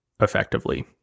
effectively